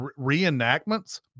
reenactments